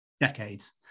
decades